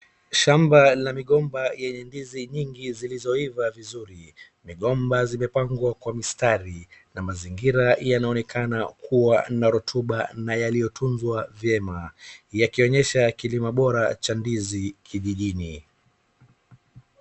shamba ya migomba yenye ndizi zilizoiva vizuri, migomba zimepangwa kwa mistari na mazingira yanaonekana kuwa ya rotuba na yanayotunzwa vyema yakionyesha kilima bora cha ndizi kijijini